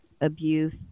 abuse